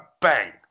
bang